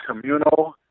communal